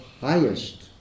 highest